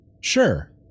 Sure